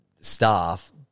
staff